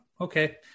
okay